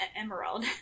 Emerald